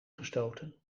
gestoten